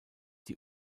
die